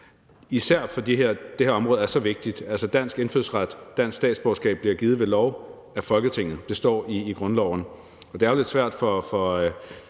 især fordi det her område er så vigtigt. Dansk indfødsret, dansk statsborgerskab bliver givet ved lov af Folketinget. Det står i grundloven,